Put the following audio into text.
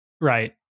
Right